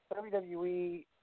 WWE